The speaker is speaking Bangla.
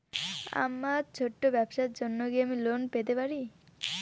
আমার ছোট্ট ব্যাবসার জন্য কি আমি লোন পেতে পারি?